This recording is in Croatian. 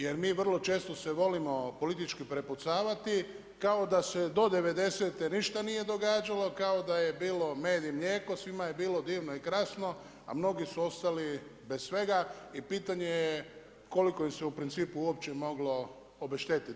Jer mi vrlo često se volimo politički prepucavati kao da se do '90.-te ništa nije događalo, kao da je bilo med i mlijeko, svima je bilo divno i krasno a mnogi su ostali bez svega i pitanje je koliko im se u principu uopće moglo obeštetiti.